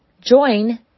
join